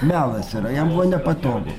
melas yra jam buvo nepatogu